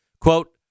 Quote